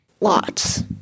Lots